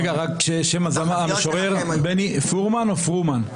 רגע, רק שם הזמר, המשורר, בני פורמן או פרומן?